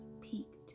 peaked